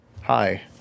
hi